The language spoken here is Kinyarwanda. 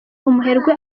umuherwe